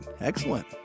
Excellent